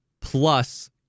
plus